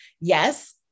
yes